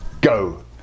go